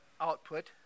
output